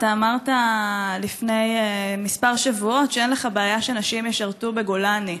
אתה אמרת לפני כמה שבועות שאין לך בעיה שנשים ישרתו בגולני.